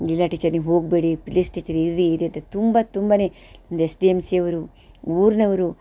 ಇಲ್ಲ ಟೀಚರ್ ನೀವು ಹೋಗಬೇಡಿ ಪ್ಲೀಸ್ ಟೀಚರ್ ಇರ್ರಿ ಇರ್ರಿ ಅಂತ ತುಂಬ ತುಂಬ ಒಂದು ಎಸ್ ಡಿ ಎಂ ಸಿ ಅವರು ಊರಿನವ್ರು